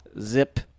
Zip